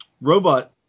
robot